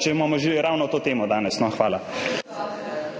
Če imamo že ravno to temo danes, no. Hvala.